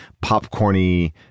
popcorn-y